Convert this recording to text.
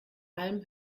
alm